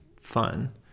fun